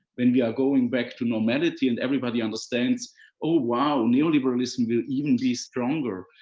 when we are going back to normality and everybody understands oh wow, neoliberalism will even be stronger.